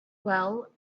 well